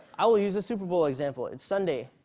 i'll use the super bowl example. it's sunday.